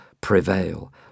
prevail